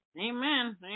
Amen